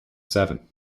seven